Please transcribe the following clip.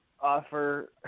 offer